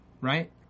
right